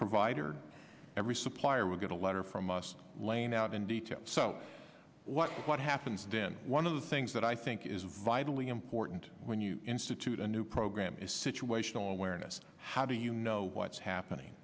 provider every supplier will get a letter from us laying out in detail so what what happens then one of the things that i think is vitally important when you institute a new program is situational awareness how do you know what's happening